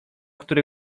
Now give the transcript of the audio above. który